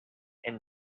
and